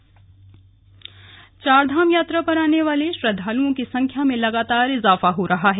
चारधाम यात्रा चारधाम यात्रा पर आने वाले श्रद्वालुओं की संख्या में लगातार इज़ाफा हो रहा है